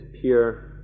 pure